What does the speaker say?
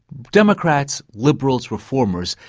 democrats, liberals, reformers,